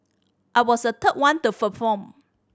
I was the third one to perform